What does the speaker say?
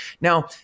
Now